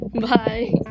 Bye